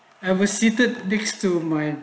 ever seated next to mine